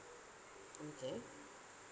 okay